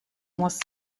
muss